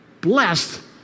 blessed